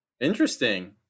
interesting